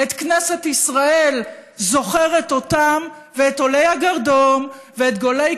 את כנסת ישראל זוכרת אותם ואת עולי הגרדום ואת גולי